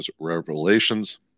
revelations